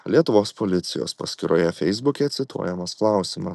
lietuvos policijos paskyroje feisbuke cituojamas klausimas